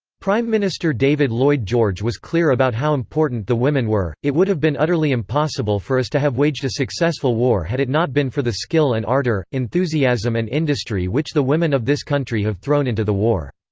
prime minister david lloyd george was clear about how important the women were it would have been utterly impossible for us to have waged a successful war had it not been for the skill and ardour, enthusiasm and industry which the women of this country have thrown into the war.